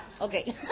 Okay